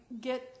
get